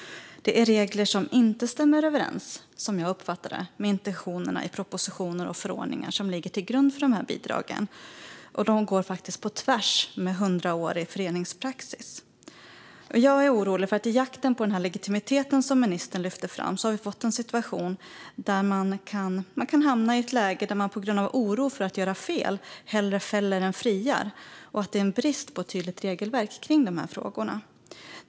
Det är regler som, som jag uppfattar det, inte stämmer överens med intentionerna i de propositioner och förordningar som ligger till grund för bidragen, och de går på tvärs med en hundraårig föreningspraxis. Jag är orolig. I jakten på den legitimitet som ministern lyfter fram har vi fått en situation där man på grund av oro för att göra fel hellre fäller än friar och där det råder brist på tydligt regelverk i de här frågorna.